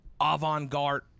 Avant-garde